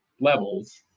levels